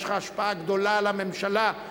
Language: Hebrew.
יש לך השפעה גדולה על הממשלה,